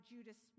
Judas